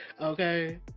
okay